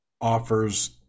offers